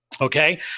Okay